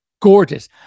gorgeous